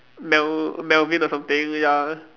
Mel~ Melvin or something ya